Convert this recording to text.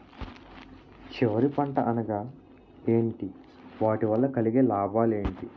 చివరి పంట అనగా ఏంటి వాటి వల్ల కలిగే లాభాలు ఏంటి